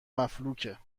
مفلوکه